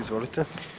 Izvolite.